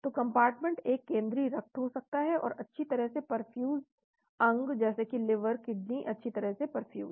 तो कम्पार्टमेंट एक केंद्रीय रक्त हो सकता है और अच्छी तरह से पर्फ्यूज़ अंग जैसे कि लिवर किडनी अच्छी तरह से पर्फ्यूज़